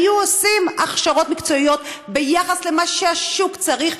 היו עושים הכשרות מקצועיות ביחס למה שהשוק צריך,